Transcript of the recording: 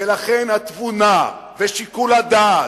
ולכן התבונה ושיקול הדעת,